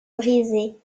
brisé